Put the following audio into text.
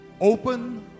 Open